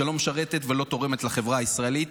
שלא משרתת ולא תורמת לחברה הישראלית,